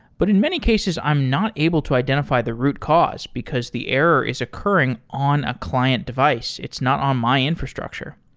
but in many cases, i'm not able to identify the root cause because the error is occurring on a client device. it's not on my infrastructure.